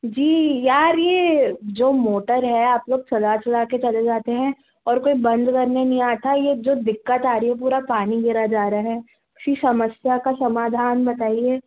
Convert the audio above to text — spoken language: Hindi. जी यार ये जो मोटर है आप लोग चला चला कर चले जाते हैं और कोई बंद करने नहीं आता ये जो दिक्कत आ रही है पूरा पानी गिरा जा रहा है उसी समस्या का समाधान बताइए